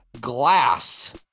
glass